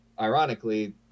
ironically